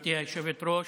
גברתי היושבת-ראש,